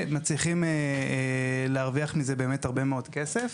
ומצליחים להרוויח מזה באמת הרבה מאוד כסף.